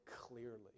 clearly